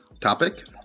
Topic